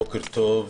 בוקר טוב,